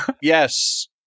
yes